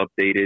updated